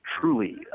truly